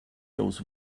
goes